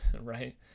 right